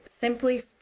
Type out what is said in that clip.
simply